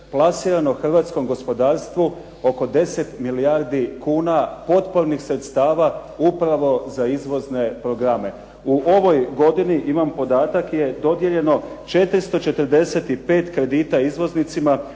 plasirano hrvatskom gospodarstvu oko 10 milijardi kuna potpornih sredstva upravo za izvozne programe. U ovoj godini imam podatak je dodijeljeno 445 kredita izvoznicima